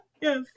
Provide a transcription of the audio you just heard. Yes